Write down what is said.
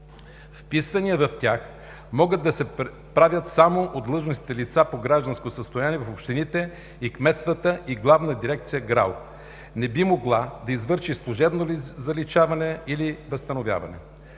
Вписвания в тях могат да се правят само от длъжностните лица по гражданско състояние в общините и кметствата и Главна дирекция ГРАО не би могла да извърши служебно заличаване или възстановяване.